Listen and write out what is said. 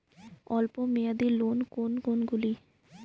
অল্প মেয়াদি লোন কোন কোনগুলি?